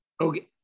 okay